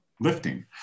lifting